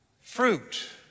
fruit